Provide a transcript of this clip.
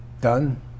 done